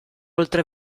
oltre